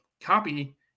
copy